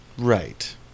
Right